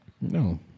No